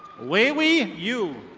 waywe yu.